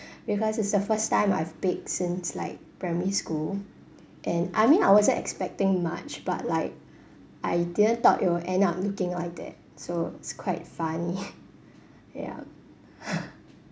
because it's the first time I've baked since like primary school and I mean I wasn't expecting much but like I didn't thought it would end up looking like that so it's quite funny ya